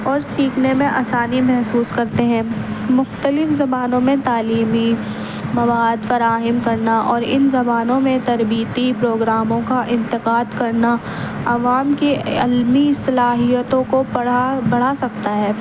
اور سیکھنے میں آسانی محسوس کرتے ہیں مختلف زبانوں میں تعلیمی مواد فراہم کرنا اور ان زبانوں میں تربیتی پروگراموں کا انعقاد کرنا عوام کے علمی صلاحتیوں کو بڑھا سکتا ہے